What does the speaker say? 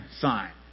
sign